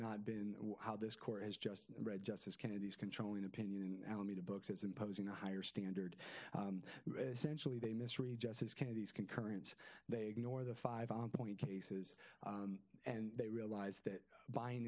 not been how this court has just read justice kennedy's controlling opinion in alameda books as imposing a higher standard sensually they misread justice kennedy's concurrence they ignore the five point cases and they realize that buying